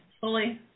fully